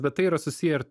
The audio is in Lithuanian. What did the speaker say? bet tai yra susiję ir